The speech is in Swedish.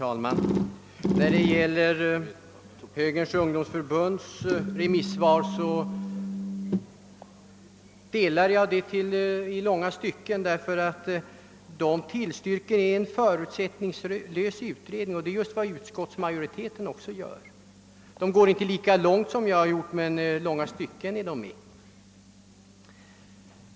Herr talman! I långa stycken ansluter jag mig till innehållet i Högerns ungdomsförbunds remissvar. Förbundet tillstyrker en förutsättningslös utredning, vilket även utskottsmajoriteten gör. Utskottsmajoriteten går dock något längre i sin skrivning än Högerns ungdomsförbund.